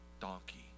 donkey